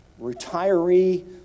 retiree